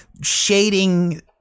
shading